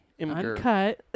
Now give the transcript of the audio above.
Uncut